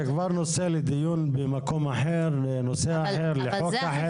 זה נושא לדיון במקום אחר, לנושא אחר, לחוק אחר.